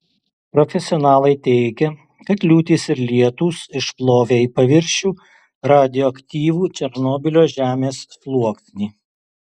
profesionalai teigia kad liūtys ir lietūs išplovė į paviršių radioaktyvų černobylio žemės sluoksnį